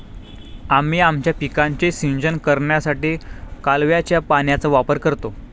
आम्ही आमच्या पिकांचे सिंचन करण्यासाठी कालव्याच्या पाण्याचा वापर करतो